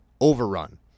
overrun